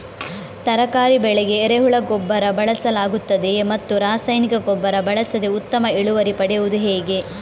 ತರಕಾರಿ ಬೆಳೆಗೆ ಎರೆಹುಳ ಗೊಬ್ಬರ ಬಳಸಲಾಗುತ್ತದೆಯೇ ಮತ್ತು ರಾಸಾಯನಿಕ ಗೊಬ್ಬರ ಬಳಸದೆ ಉತ್ತಮ ಇಳುವರಿ ಪಡೆಯುವುದು ಹೇಗೆ?